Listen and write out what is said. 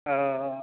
ओ